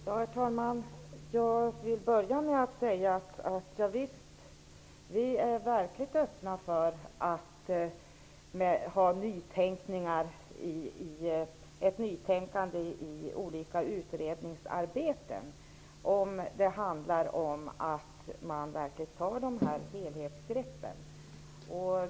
Herr talman! Jag vill börja med att säga att vi är verkligt öppna för ett nytänkande i olika utredningsarbeten om det verkligen är fråga om att ta helhetsgrepp.